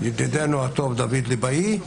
ידידנו הטוב דויד ליבאי,